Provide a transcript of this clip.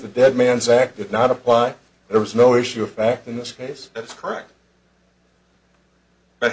the dead man's act is not apply there was no issue of fact in this case that's correct